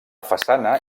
façana